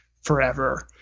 forever